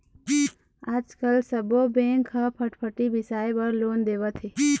आजकाल सब्बो बेंक ह फटफटी बिसाए बर लोन देवत हे